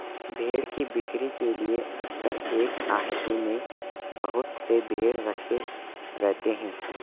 भेंड़ की बिक्री के लिए अक्सर एक आहते में बहुत से भेंड़ रखे रहते हैं